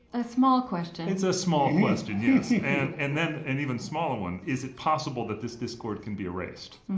a small question it's a small question, yes. and and then then an even smaller one is it possible that this discord can be erased?